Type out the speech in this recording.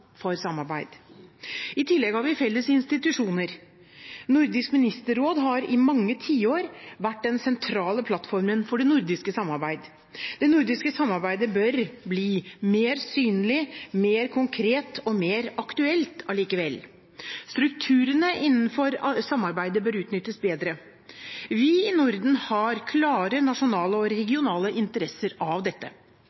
for samarbeid. I tillegg har vi felles institusjoner. Nordisk ministerråd har i mange tiår vært den sentrale plattformen for det nordiske samarbeidet. Det nordiske samarbeidet bør bli mer synlig, mer konkret og mer aktuelt allikevel. Strukturene innenfor samarbeidet bør utnyttes bedre. Vi i Norden har klare nasjonale og